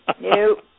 Nope